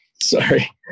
Sorry